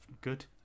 Good